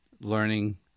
learning